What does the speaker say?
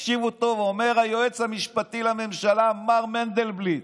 תקשיב טוב, אומר היועץ המשפטי לממשלה מר מנדלבליט: